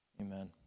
Amen